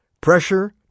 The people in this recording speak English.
pressure